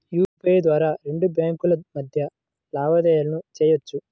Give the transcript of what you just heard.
UPI ద్వారా రెండు బ్యేంకుల మధ్య లావాదేవీలను చెయ్యొచ్చు